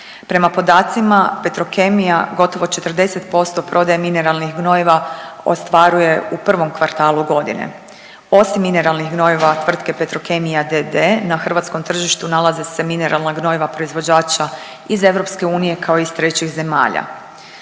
Prema podacima Petrokemija gotovo 40% prodaje mineralnih gnojiva ostvaruje u prvom kvartalu godine. Osim mineralnih gnojiva tvrtke Petrokemija d.d. na hrvatskom tržištu nalaze se mineralna gnojiva proizvođača iz EU, kao i iz trećih zemalja.